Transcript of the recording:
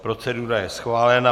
Procedura je schválena.